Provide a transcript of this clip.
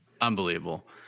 unbelievable